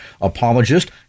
apologist